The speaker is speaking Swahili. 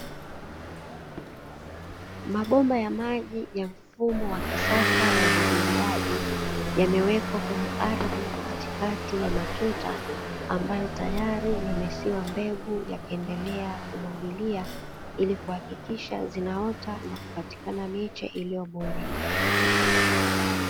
Mabomba ya maji ya mfumo wa kisasa wa umwagiliaji, yamewekwa kwenye ardhi katikati ya matuta ambayo tayari yamesiwa mbegu yakiendelea kumwagiliwa, ili kuhakikisha zinaota na kupatikana miche iliyo bora.